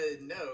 no